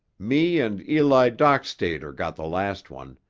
me and eli dockstader got the last one,